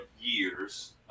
years